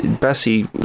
Bessie